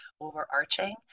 overarching